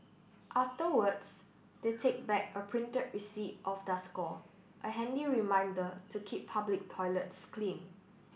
afterwards they take back a printed receipt of their score a handy reminder to keep public toilets clean